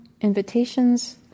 invitations